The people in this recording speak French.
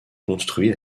construit